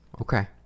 Okay